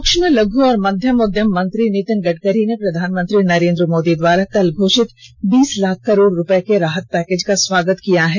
सुक्ष्म लघ् और मध्य उद्यम मंत्री नितिन गडकरी ने प्रधानमंत्री नरेन्द्र मोदी द्वारा कल घोषित बीस लाख करोड़ रूपये के राहत पैकेज का स्वागत किया है